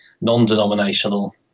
non-denominational